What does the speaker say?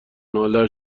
ناله